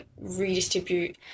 redistribute